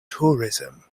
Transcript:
tourism